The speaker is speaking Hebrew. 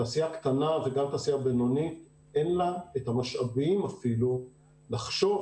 לתעשייה קטנה ותעשייה בינונית אין את המשאבים אפילו לחשוב